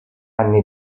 anni